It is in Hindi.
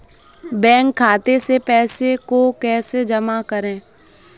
बैंक खाते से पैसे को कैसे जमा करें?